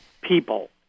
people